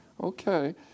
Okay